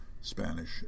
Spanish